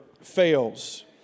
fails